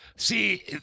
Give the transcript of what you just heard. See